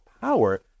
power